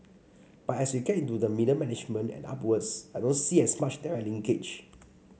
but as we get to the middle management and upwards I don't see as much direct linkage